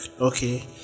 okay